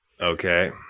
Okay